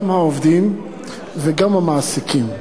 גם העובדים וגם המעסיקים.